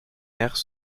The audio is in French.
mères